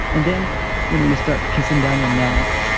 and then you know you start kissing down the neck,